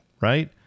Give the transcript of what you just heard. right